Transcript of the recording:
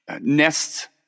nests